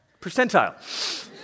percentile